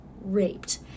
raped